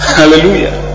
hallelujah